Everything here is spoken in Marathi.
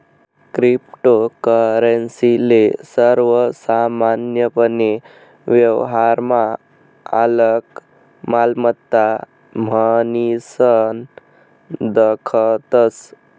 क्रिप्टोकरेंसी ले सर्वसामान्यपने व्यवहारमा आलक मालमत्ता म्हनीसन दखतस